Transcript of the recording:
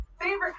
favorite